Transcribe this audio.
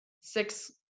six